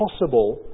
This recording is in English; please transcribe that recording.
possible